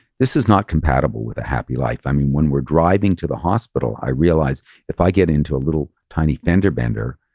this is not compatible with a happy life. i mean when we're driving to the hospital, i realized if i get into a little tiny fender bender,